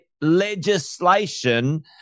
legislation